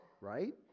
right